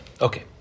Okay